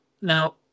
now